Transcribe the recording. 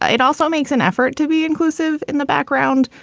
it also makes an effort to be inclusive in the background.